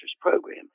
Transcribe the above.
program